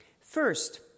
First